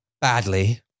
badly